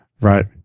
Right